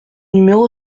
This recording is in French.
numéro